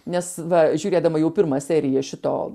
nes va žiūrėdama jau pirmą seriją šito